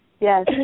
Yes